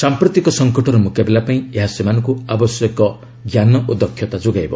ସାମ୍ପ୍ରତିକ ସଂକଟର ମୁକାବିଲା ପାଇଁ ଏହା ସେମାନଙ୍କୁ ଆବଶ୍ୟକୀୟ ଜ୍ଞାନ ଓ ଦକ୍ଷତା ଯୋଗାଇବ